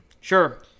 Sure